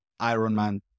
Ironman